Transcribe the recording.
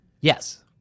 Yes